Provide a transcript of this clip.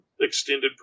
extended